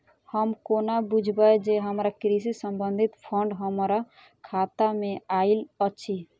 हम कोना बुझबै जे हमरा कृषि संबंधित फंड हम्मर खाता मे आइल अछि?